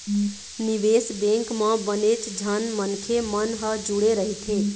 निवेश बेंक म बनेच झन मनखे मन ह जुड़े रहिथे